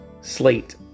slate